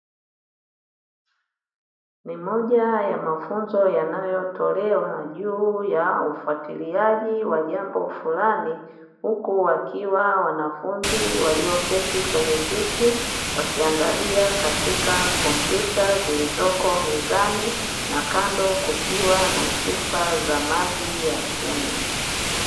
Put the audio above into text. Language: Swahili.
Ni moja ya mafunzo yanayotolewa juu ya ufuatiliaji wa jambo fulani, huku wakiwa wanafunzi walioketi kwenye viti, wakiangalia katika kompyuta zilizoko mezani, na kando kukiwa na chupa za maji za kunywa.